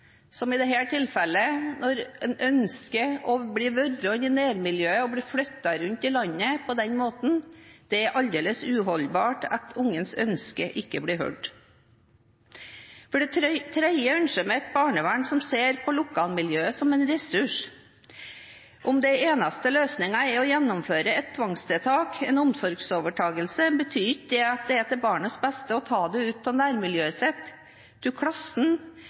Som i dette tilfellet: Når en ønsker å bli værende i nærmiljøet, men blir flyttet rundt i landet på den måten – det er aldeles uholdbart at ungens ønske ikke blir hørt. For det tredje ønsker jeg meg et barnevern som ser på lokalmiljøet som en ressurs. Om den eneste løsningen er å gjennomføre et tvangstiltak, en omsorgsovertagelse, betyr ikke det at det er til barnets beste å ta det ut av nærmiljøet, ut av klassen,